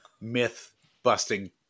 myth-busting